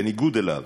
בניגוד אליו,